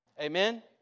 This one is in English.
Amen